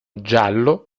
giallo